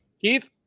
Keith